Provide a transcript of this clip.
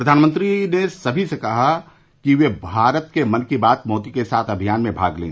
प्रधानमंत्री ने सभी से कहा है कि वे भारत के मन की बात मोदी के साथ अभियान में भाग लें